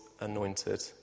anointed